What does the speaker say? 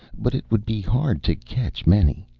but it would be hard to catch many.